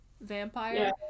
vampire